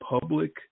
public